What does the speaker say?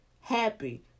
happy